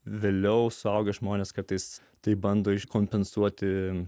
vėliau suaugę žmonės kartais taip bando kompensuoti